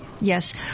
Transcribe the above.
Yes